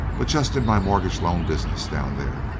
but just in my mortgage-loan business down there